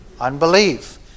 Unbelief